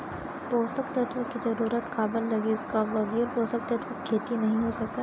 पोसक तत्व के जरूरत काबर लगिस, का बगैर पोसक तत्व के खेती नही हो सके?